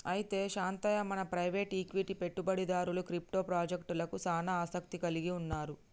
అయితే శాంతయ్య మన private equity పెట్టుబడిదారులు క్రిప్టో పాజెక్టలకు సానా ఆసత్తి కలిగి ఉన్నారు